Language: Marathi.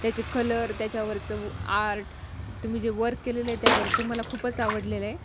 त्याचे कलर त्याच्यावरचं आर्ट तुम्ही जे वर्क केलेलं आहे त्यावर ते मला खूपच आवडलेलं आहे